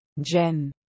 Jen